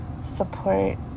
Support